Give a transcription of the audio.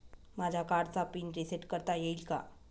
माझ्या कार्डचा pin reset करता येईल का?